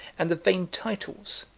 and the vain titles,